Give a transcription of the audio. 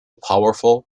powerful